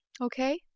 Okay